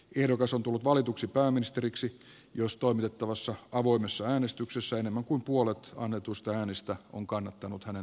ehdokas on tullut valituksi pääministeriksi jos toimitettavassa avoimessa äänestyksessä enemmän kuin puolet annetuista äänistä on kannattanut hänen valitsemistaan